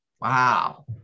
Wow